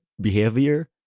behavior